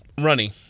Runny